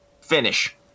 finish